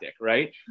right